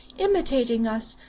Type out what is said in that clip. imitating us,